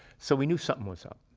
so, we knew something was up.